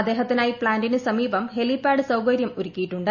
അദ്ദേഹത്തിനായി പ്ലാന്റിന് സമീപം ഹെലിപാഡ് സൌകര്യം ഒരുക്കിയിട്ടുണ്ട്